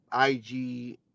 IG